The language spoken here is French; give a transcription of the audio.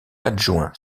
adjoint